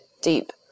deep